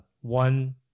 One